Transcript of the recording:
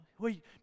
Wait